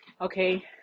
okay